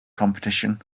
competition